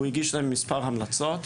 היא הגישה לו מספר המלצות,